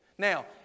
Now